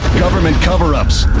government cover ups,